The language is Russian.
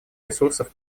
ресурсов